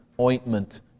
ointment